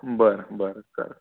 बरं बरं चालेल